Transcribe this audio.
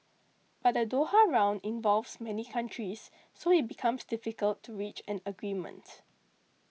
but the Doha Round involves many countries so it becomes difficult to reach an agreement